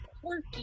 quirky